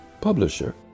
publisher